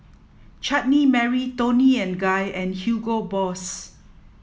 Chutney Mary Toni and Guy and Hugo Boss